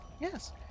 Yes